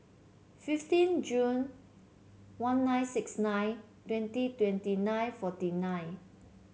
fifteen June one nine six nine twenty twenty nine forty nine